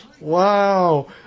Wow